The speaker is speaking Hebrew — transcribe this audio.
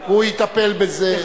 הוא יטפל בזה.